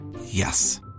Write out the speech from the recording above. Yes